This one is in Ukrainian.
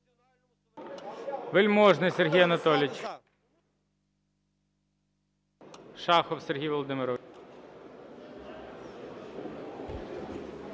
Вельможний Сергій Анатолійович. Шахов Сергій Володимирович.